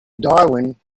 darwin